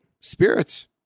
Spirits